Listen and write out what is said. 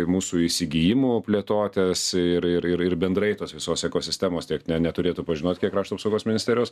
ir mūsų įsigijimų plėtotės ir ir ir ir bendrai tos visos ekosistemos tiek ne neturėtų pažinot kiek krašto apsaugos ministerijos